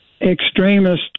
extremist